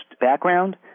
background